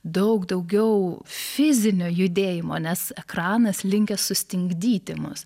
daug daugiau fizinio judėjimo nes ekranas linkęs sustingdyti mus